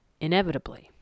inevitably